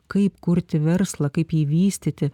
kaip kurti verslą kaip jį vystyti